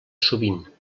sovint